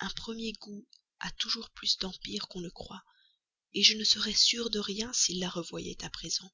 un premier goût a toujours plus d'empire qu'on ne croit je ne serais sûre de rien s'il la revoyait à présent